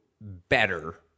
better